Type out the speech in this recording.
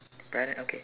parent okay